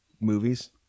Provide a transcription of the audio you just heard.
movies